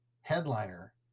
headliner